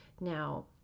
Now